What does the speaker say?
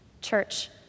Church